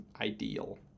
ideal